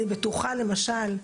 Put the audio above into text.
למשל,